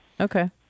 Okay